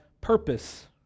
purpose